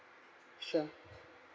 sure